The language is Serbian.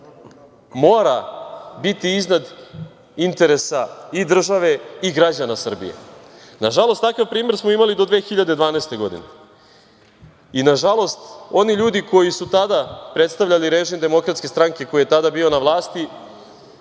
mora biti iznad interesa i države i građana Srbije? Nažalost takav primer smo imali do 2012. godine. Nažalost oni ljudi koji su tada predstavljali režim Demokratske stranke koji je tada bio na vlasti